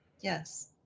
yes